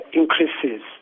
increases